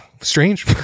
strange